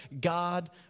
God